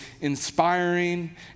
inspiring